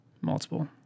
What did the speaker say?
multiple